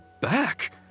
back